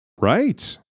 Right